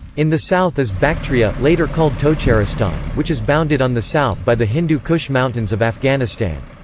in the south is bactria, later called tocharistan, which is bounded on the south by the hindu kush mountains of afghanistan.